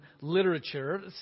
literature